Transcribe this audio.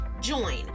join